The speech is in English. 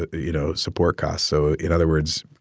you know, support costs. so in other words,